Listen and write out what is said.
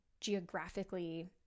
geographically